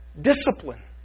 Discipline